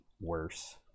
worse